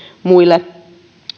muille